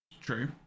true